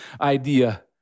idea